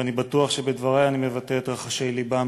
ואני בטוח שבדברי אני מבטא את רחשי לבם